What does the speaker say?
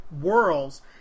worlds